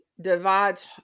divides